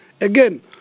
again